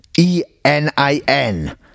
E-N-I-N